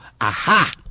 aha